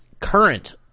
current